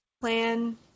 plan